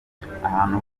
ahantu